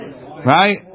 Right